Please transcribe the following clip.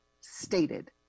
stated